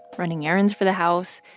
running errands for the house.